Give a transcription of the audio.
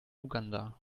uganda